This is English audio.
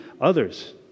others